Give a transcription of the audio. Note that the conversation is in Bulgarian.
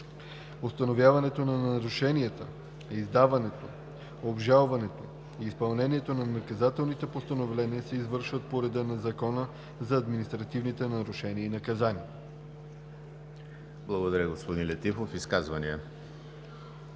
Установяването на нарушенията, издаването, обжалването и изпълнението на наказателните постановления се извършват по реда на Закона за административните нарушения и наказания.“ ПРЕДСЕДАТЕЛ ЕМИЛ ХРИСТОВ: Изказвания?